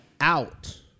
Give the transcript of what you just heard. out